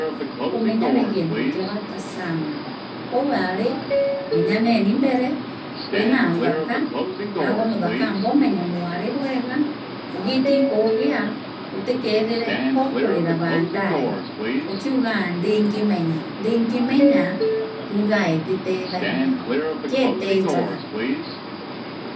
Kumenyana ii gintu kia bat asana kou aari menyaneni mbere bwina nthaka naagwe muthaka amboomenya mwari bwega ugiita ikuugia utikeethire kookurira baadaye ukiugaa ndingimenya tugaa ititethagia geetejaga.